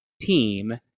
team